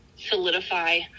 solidify